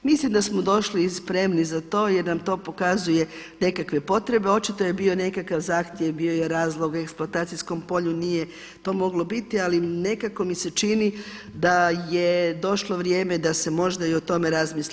Mislim da smo došli spremni za to jer nam to pokazuje nekakve potrebe, a očito je bio nekakav zahtjev bio je razlog eksploatacijskom polju nije to moglo biti ali nekako mi se čini da je došlo vrijeme da se možda i o tome razmisli.